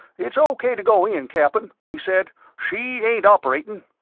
it's o k. to go in cap'n, he said. she ain't operatin'.